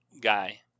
guy